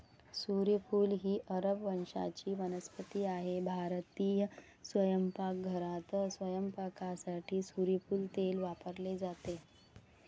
सूर्यफूल ही अरब वंशाची वनस्पती आहे भारतीय स्वयंपाकघरात स्वयंपाकासाठी सूर्यफूल तेल वापरले जाते